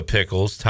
Pickles